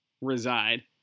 reside